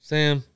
Sam